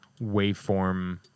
waveform